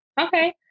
Okay